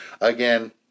Again